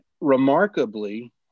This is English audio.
remarkably